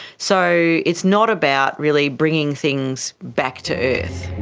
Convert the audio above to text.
so it's not about really bringing things back to earth.